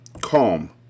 calm